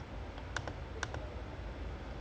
முப்பாது மேல தானே இல்லையா:muppathu mela dhaanae illaiyaa